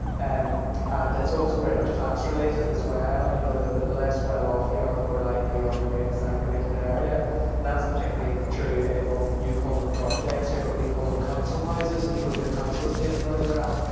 and and it's also very much class related as well. you know, the the less well-off you are, the more likely you are to be in a segregated area. and that's particularly true and, well, you call them projects here, but we call them council houses if you go to a council estate in northern ireland,